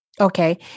Okay